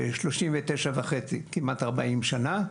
במשך 39 וחצי, כמעט 40 שנה.